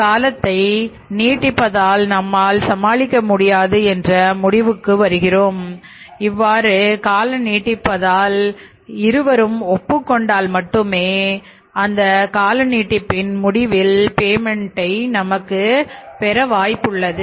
இதையும் தாண்டி காலத்தை நீடித்தால் சமாளிக்க முடியாது ஆகவே இருவரும் ஒப்புக் கொண்டால் மட்டுமே இந்த கால நீட்டிப்பு நடைபெறும் பேமெண்ட்எப்போது கிடைக்கும் என்று தெரியும்